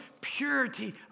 purity